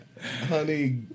Honey